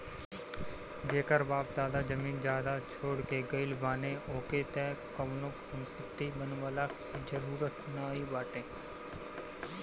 जेकर बाप दादा जमीन जायदाद छोड़ के गईल बाने ओके त कवनो संपत्ति बनवला के जरुरत नाइ बाटे